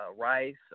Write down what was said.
Rice